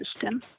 system